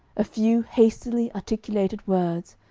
a few hastily articulated words,